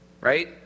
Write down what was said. Right